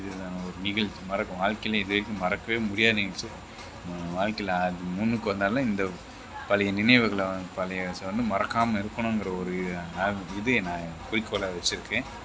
இதை நிகழ்வு வாழ்க்கையில் இதுவரைக்கும் மறக்கவே முடியாத நிகழ்ச்சி வாழ்க்கையில் முன்னுக்கு வந்தாலும் இந்த பழைய நினைவுகளை வந்து பழசை வந்து மறக்காமல் இருக்கணுங்கிற ஒரு இது நான் குறிக்கோளாக வச்சுருக்கேன்